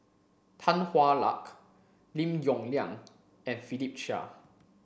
Tan Hwa Luck Lim Yong Liang and Philip Chia